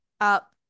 up